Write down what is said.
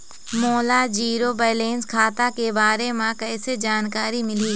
मोला zero balance खाता के बारे म कैसे जानकारी मिलही?